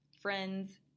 friends